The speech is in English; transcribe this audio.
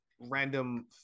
random